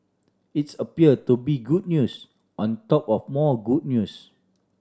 it's appear to be good news on top of more good news